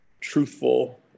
truthful